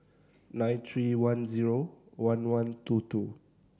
nine three one zero one one two two